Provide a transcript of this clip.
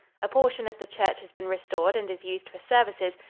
a portion of the church has been restored and is used for services,